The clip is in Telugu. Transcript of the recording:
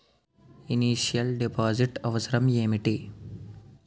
ఇనిషియల్ డిపాజిట్ అవసరం ఏమిటి?